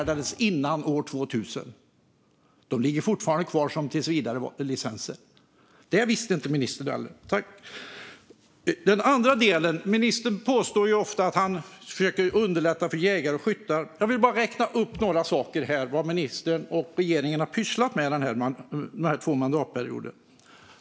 Det visste ministern visst inte heller. Ministern säger ofta att han försöker underlätta för jägare och skyttar. Låt mig därför räkna upp en del av det som ministern och regeringen har pysslat med de senaste två mandatperioderna.